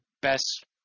best –